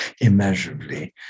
immeasurably